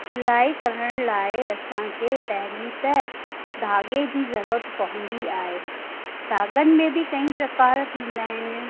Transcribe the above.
सिलाई करण लाइ असांखे पहिरीं त धागे जी ज़रूरत पवंदी आहे धागन में बि कई प्रकार थींदा आहिनि